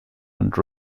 and